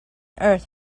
earth